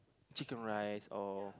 chicken-rice or